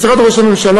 ממשרד ראש הממשלה.